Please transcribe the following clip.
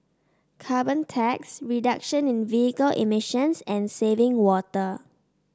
carbon tax reduction in vehicle emissions and saving water